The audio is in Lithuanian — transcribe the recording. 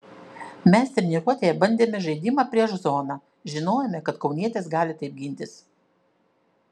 mes treniruotėje bandėme žaidimą prieš zoną žinojome kad kaunietės gali taip gintis